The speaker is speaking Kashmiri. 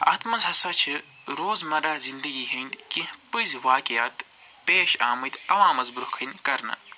اتھ منٛز ہَسا چھِ روزمرَہ زندگی ہِنٛدۍ کیٚنٛہہ پٔزۍ واقعات پیش آمٕتۍ اَوامَس برٛونٛٹھ کَنہِ کرنہٕ